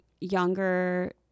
younger